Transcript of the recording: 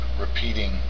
repeating